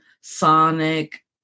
Sonic